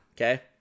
okay